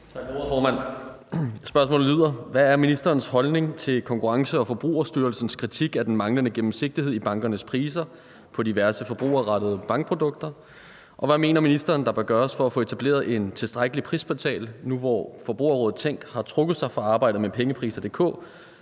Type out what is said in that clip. Hvad er ministerens holdning til Konkurrence- og Forbrugerstyrelsens kritik af den manglende gennemsigtighed i bankernes priser på diverse forbrugerrettede bankprodukter, og hvad mener ministeren der bør gøres for at få etableret en tilstrækkelig prisportal nu, hvor Forbrugerrådet Tænk har trukket sig fra arbejdet med Pengepriser.dk